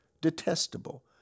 detestable